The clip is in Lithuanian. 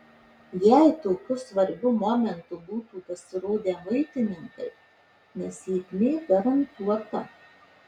jei tokiu svarbiu momentu būtų pasirodę muitininkai nesėkmė garantuota